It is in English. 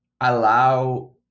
allow